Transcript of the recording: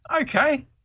okay